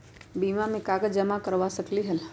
बीमा में कागज जमाकर करवा सकलीहल?